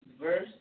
verse